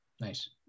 Nice